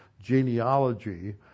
genealogy